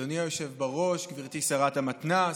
אדוני היושב בראש, גברתי שרת המתנ"ס,